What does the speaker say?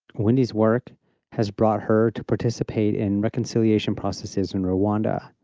wendy's work has brought her to participate in reconciliation processes in rwanda,